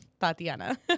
Tatiana